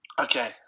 Okay